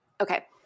okay